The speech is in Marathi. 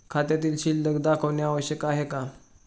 खात्यातील शिल्लक दाखवणे आवश्यक आहे का?